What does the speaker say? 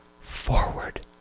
forward